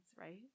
right